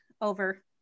over